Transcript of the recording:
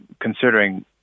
considering